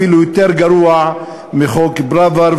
זה אפילו יותר גרוע מחוק פראוור.